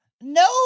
No